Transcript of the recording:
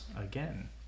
again